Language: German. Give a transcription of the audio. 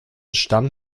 stamm